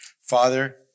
Father